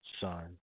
son